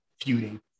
feuding